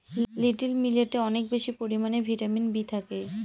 little মিলেটে অনেক বেশি পরিমানে ভিটামিন বি থাকে